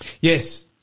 Yes